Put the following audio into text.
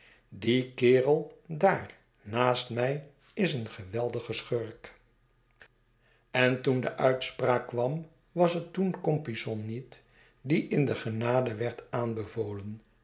die kerel daar naast mij is een geweldige schurk en toen de uitspraak kwam was het toen compeyson niet die in de genade werd aanbevolen